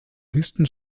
höchsten